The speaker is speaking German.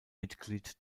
mitglied